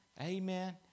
Amen